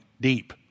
deep